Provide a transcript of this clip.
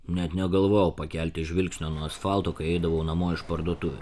net negalvojau pakelti žvilgsnio nuo asfalto kai eidavau namo iš parduotuvių